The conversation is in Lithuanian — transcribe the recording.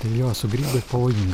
tai jo su grybais pavojinga